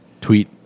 tweet